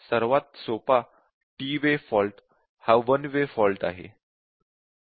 सर्वात सोपा T way fault हा 1 वे फॉल्ट आहे